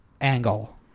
angle